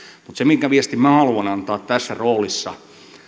mutta se viesti minkä minä haluan antaa tässä roolissa